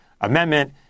amendment